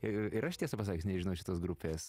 ir ir aš tiesą pasakius nežinau šitos grupės